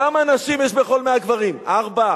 כמה נשים יש בין כל 100 גברים, ארבע?